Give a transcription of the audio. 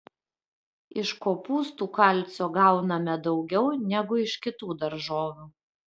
iš kopūstų kalcio gauname daugiau negu iš kitų daržovių